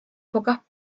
pocas